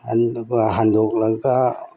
ꯑꯗꯨꯒ ꯍꯟꯗꯣꯛꯂꯒ